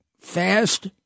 fast